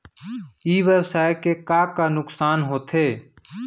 ई व्यवसाय के का का नुक़सान होथे?